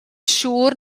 siŵr